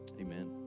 amen